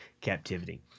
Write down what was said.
captivity